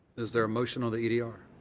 is there a motion on the edr?